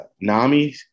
NAMI